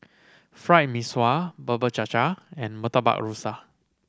Fried Mee Sua Bubur Cha Cha and Murtabak Rusa